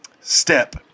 step